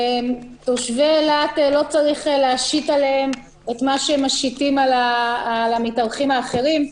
תושבי אילת לא צריך להשית עליהם את מה שמשיתים על המתארחים האחרים.